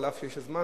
אף שיש לי זמן,